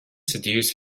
seduce